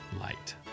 light